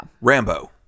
Rambo